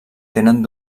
tenen